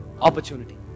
Opportunity